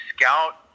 scout